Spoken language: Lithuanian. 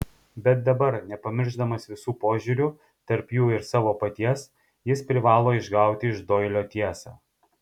bet dabar nepamiršdamas visų požiūrių tarp jų ir savo paties jis privalo išgauti iš doilio tiesą